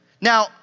Now